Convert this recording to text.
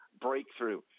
breakthrough